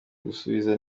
gusubiza